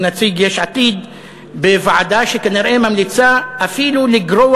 הוא נציג יש עתיד בוועדה שכנראה ממליצה אפילו לגרוע